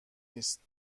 نیست